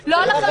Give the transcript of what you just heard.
לא.